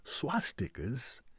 swastikas